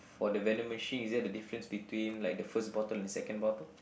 for the vending machine is there the difference between like the first bottle and the second bottle